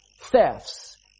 Thefts